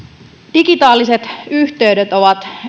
digitaaliset yhteydet ovat